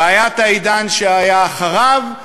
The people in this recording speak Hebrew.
והיה העידן שהיה אחריו,